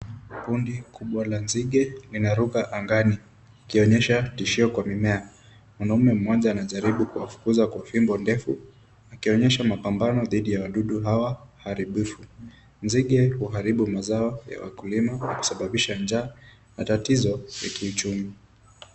Kundi kubwa la nzige linaruka angani ikionyesha tishio kwa mimea. Mwanaume mmoja anajaribu kuwafukuza kwa fimbo ndefu akionyesha mapambano dhidi ya wadudu hawa haribifu. Nzige huharibu mazao ya wakulima na kusababisha njaa na tatizo ya kiuchumi.